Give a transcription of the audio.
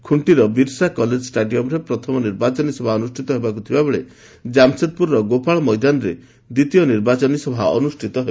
ଖୁଷ୍ଟିର Birsa college ଷ୍ଟାଡିୟମ୍ରେ ପ୍ରଥମ ନିର୍ବାଚନ ସଭା ଅନୁଷ୍ଠିତ ହେବାକୁ ଥିବାବେଳେ ଜାମସେଦପୁରର ଗୋପାଳ ମଇଦାନରେ ଦ୍ୱିତୀୟ ସଭା ଅନୁଷ୍ଠିତ ହେବ